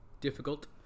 difficult